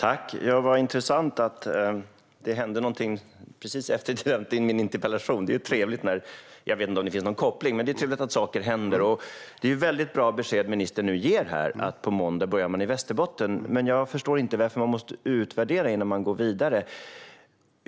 Fru talman! Vad intressant att det hände någonting precis efter min interpellation! Jag vet inte om det finns någon koppling, men det är trevligt att saker händer. Det är ett väldigt bra besked ministern nu ger här om att man börjar i Västerbotten på måndag, men jag förstår inte varför man måste utvärdera innan man går vidare.